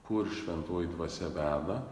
kur šventoji dvasia veda